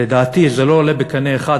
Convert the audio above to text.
לדעתי זה לא עולה בקנה אחד,